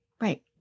Right